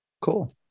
Cool